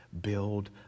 Build